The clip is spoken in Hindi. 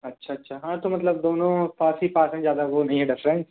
अच्छा अच्छा हाँ तो मतलब दोनों पास ही पास हैं ज्यादा वो नहीं है डफरेंस